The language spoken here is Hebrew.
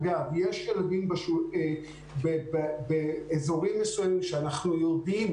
יש ילדים באזורים מסוימים שאנחנו יודעים